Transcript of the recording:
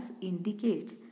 indicates